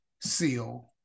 seal